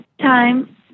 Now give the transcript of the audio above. time